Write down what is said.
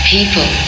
people